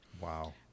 Wow